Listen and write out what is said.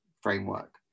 framework